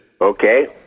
Okay